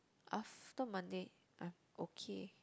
after Monday I'm okay